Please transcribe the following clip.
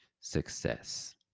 success